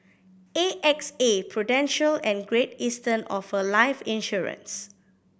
A X A Prudential and Great Eastern offer life insurance